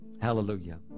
Hallelujah